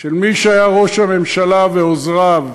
של מי שהיה ראש הממשלה ושל עוזריו